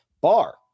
bar